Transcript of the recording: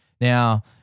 Now